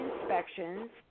inspections